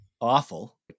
awful